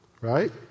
Right